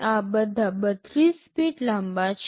આ બધા ૩૨ બીટ લાંબા છે